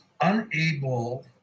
unable